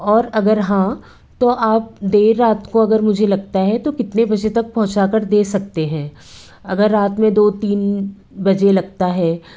और अगर हाँ तो आप देर रात को अगर मुझे लगता है तो कितने बजे तक पहुँचा कर दे सकते हैं अगर रात में दो तीन बजे लगता है